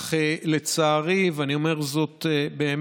אך לצערי, ואני אומר זאת באמת,